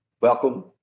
welcome